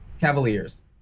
Cavaliers